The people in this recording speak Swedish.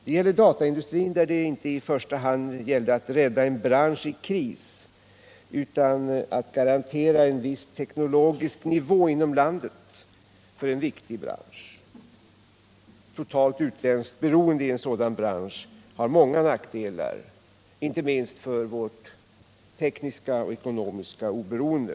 Det gäller även dataindustrin, där det inte i första hand är fråga om att rädda en bransch i kris utan att garantera en viss teknologisk nivå inom landet för en viktig produktion. Totalt utländskt beroende i en sådan bransch har många nackdelar, inte minst för vårt tekniska och ekonomiska oberoende.